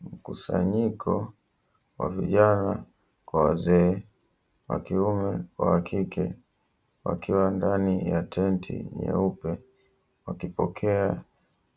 Mkusanyiko wa vijana kwa wazee, wakiume kwa wakike wakiwa ndani ya tenti nyeupe wakipokea